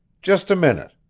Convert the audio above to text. just a minute!